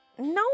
No